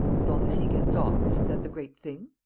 as long as he gets off, isn't that the great thing?